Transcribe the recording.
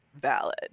valid